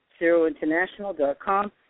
ZeroInternational.com